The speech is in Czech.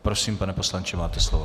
Prosím, pane poslanče, máte slovo.